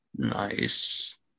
Nice